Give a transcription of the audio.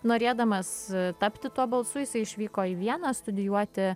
norėdamas tapti tuo balsu jisai išvyko į vieną studijuoti